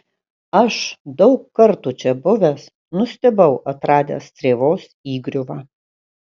aš daug kartų čia buvęs nustebau atradęs strėvos įgriuvą